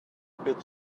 bit